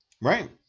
Right